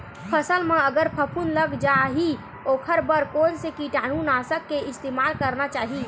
फसल म अगर फफूंद लग जा ही ओखर बर कोन से कीटानु नाशक के इस्तेमाल करना चाहि?